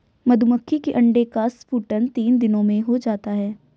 मधुमक्खी के अंडे का स्फुटन तीन दिनों में हो जाता है